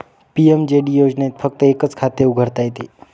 PMJD योजनेत फक्त एकच खाते उघडता येते